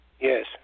Yes